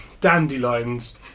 dandelions